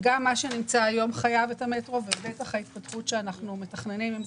גם מה שיש היום זקוק למטרו ובטח ההתפתחות שאנחנו מתכננים.